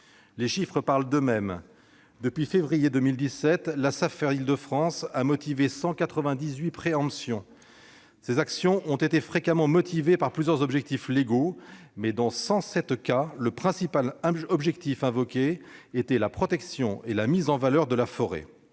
Les chiffres parlent d'eux-mêmes : depuis février 2017, la Safer d'Île-de-France a engagé de la sorte 198 préemptions. Ces actions ont été fréquemment motivées par plusieurs objectifs légaux, mais, dans 107 cas, le principal objectif invoqué était la protection et la mise en valeur de la forêt.